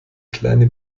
kleine